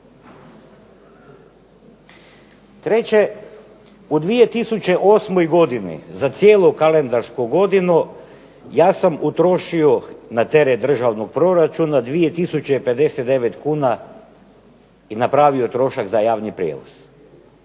Treće. U 2008. godini za cijelu kalendarsku godinu ja sam utrošio na teret državnog proračuna 2059 kuna i napravio trošak za javni prijevoz.